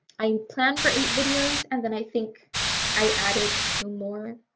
i and plan for eight videos and then i think i added two more